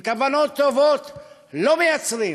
עם כוונות טובות לא מייצרים